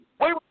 wait